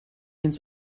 ins